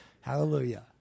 Hallelujah